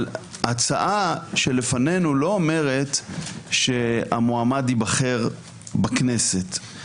ההצעה שלפנינו לא אומרת שהמועמד ייבחר בכנסת.